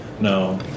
no